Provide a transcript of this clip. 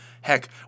heck